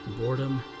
boredom